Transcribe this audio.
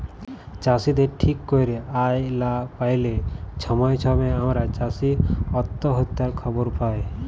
চাষীদের ঠিক ক্যইরে আয় লা প্যাইলে ছময়ে ছময়ে আমরা চাষী অত্যহত্যার খবর পায়